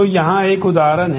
तो यहाँ एक उदाहरण है